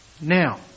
Now